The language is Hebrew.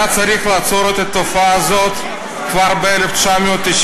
היה צריך לעצור את התופעה הזאת כבר ב-1996,